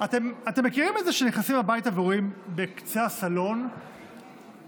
אתם מכירים את זה שנכנסים הביתה ורואים בקצה הסלון תמונה